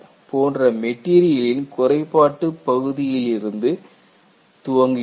போன்ற மெட்டீரியலின் குறைபாட்டு பகுதிகளிலிருந்து துவங்குகிறது